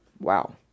Wow